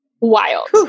wild